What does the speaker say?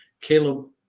Caleb